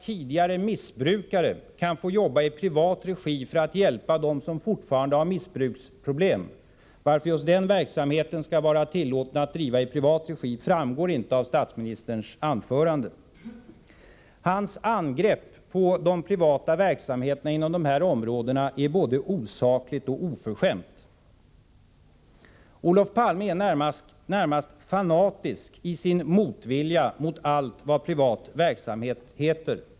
Tidigare missbrukare kan få jobba i privat regi för att hjälpa dem som fortfarande har missbruksproblem. Varför just denna verksamhet skall vara tillåten att driva i privat regi framgår inte av statsministerns anförande. Statsministerns angrepp på de privata verksamheterna inom vård, omsorger och utbildning är både osakligt och oförskämt. Olof Palme är närmast fanatisk i sin motvilja mot allt vad privat verksamhet heter.